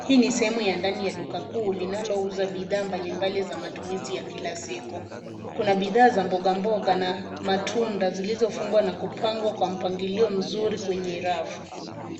Hii ni sehemu ya ndani ya duka kuu linalouza bidhaa mbalimbali za matumizi ya kila siku. Kuna bidhaa za mbogamboga za matunda zilizofungwa na kupangwa kwa mpangilio mzuri kwenye rafu.